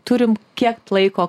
turim kiek laiko